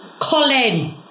Colin